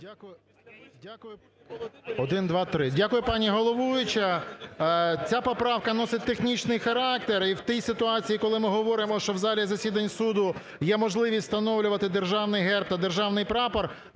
Дякую, пані головуюча. Ця поправка носить технічний характер. І в тій ситуації, коли ми говоримо, що в залі засідань суду є можливість встановлювати Державний Герб та Державний Прапор,